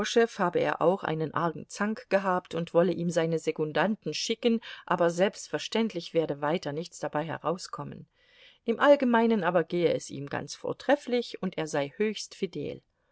habe er auch einen argen zank gehabt und wolle ihm seine sekundanten schicken aber selbstverständlich werde weiter nichts dabei herauskommen im allgemeinen aber gehe es ihm ganz vortrefflich und er sei höchst fidel